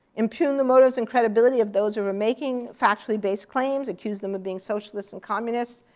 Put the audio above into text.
impugn the motives and credibility of those who are making factually based claims, accuse them of being socialists and communists,